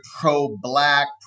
pro-Black